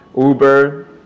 Uber